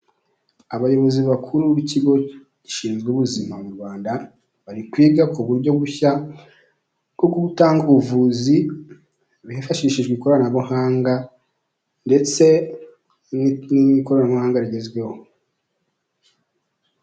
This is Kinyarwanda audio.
Abayobozi bakuru b'ikigo gishinzwe ubuzima mu Rwanda, bari kwiga ku buryo bushya bwo ku gutanga ubuvuzi hifashishijwe ikoranabuhanga ndetse ni ikoranabuhanga rigezweho.